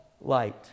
light